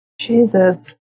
Jesus